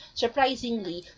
surprisingly